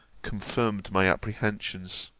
confirmed my apprehensions.